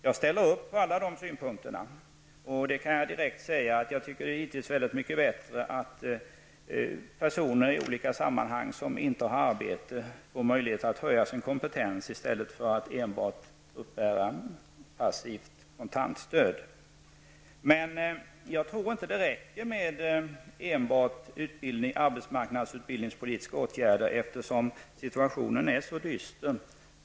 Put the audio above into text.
Jag ställer mig bakom alla synpunkter där, och jag kan direkt säga att jag tycker att det givetvis är väldigt mycket bättre att personer som inte har arbete får möjlighet att höja sin kompetens i stället för att enbart få passivt kontantstöd. Men jag tror inte det räcker med enbart arbetsmarknadspolitiska åtgärder, eftersom situtationen är så dyster.